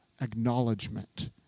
acknowledgement